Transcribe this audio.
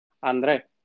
André